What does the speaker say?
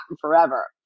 forever